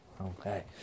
Okay